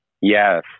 Yes